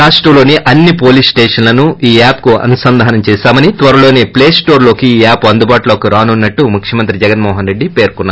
రాష్టంలోని అన్ని పోలీస్ స్లేషన్లను ఈ యాప్కు అనుసంధానం చేశామని త్వరలోన ప్లస్టోర్ లోకి ఈ యాప్ అందుబాటులోకి రానుందని ముఖ్యమంత్రి జగన్మోహన్ రెడ్లి చెప్పారు